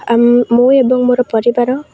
ଆମେ ମୁଁ ଏବଂ ମୋର ପାରିବାର